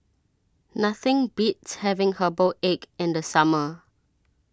nothing beats having Herbal Egg in the summer